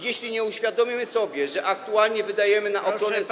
Jeśli nie uświadomimy sobie, że aktualnie wydajemy na ochronę zdrowia.